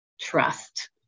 Trust